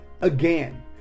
again